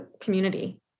community